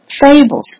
fables